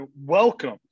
welcome